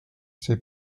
see